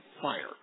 fire